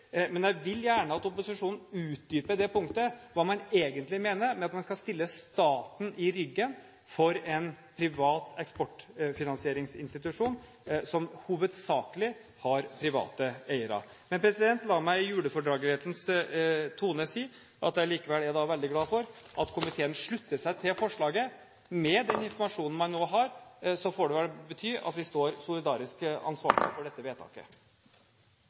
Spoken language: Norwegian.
Men jeg vil gjerne at opposisjonen utdyper det punktet – hva man egentlig mener med at man skal stille «med staten i ryggen» for en privat eksportfinansieringsinstitusjon, som hovedsakelig har private eiere. Men la meg i all julefordragelighet si at jeg likevel er veldig glad for at komiteen slutter seg til forslaget. Med den informasjonen man nå har, må det vel bety at vi står solidarisk ansvarlige for dette vedtaket.